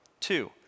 Two